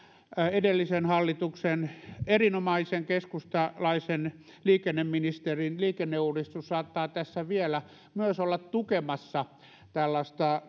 edellisen hallituksen erinomaisen keskustalaisen liikenneministerin liikenneuudistus saattaa tässä vielä myös olla tukemassa tällaista